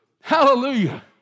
Hallelujah